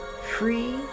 free